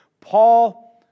Paul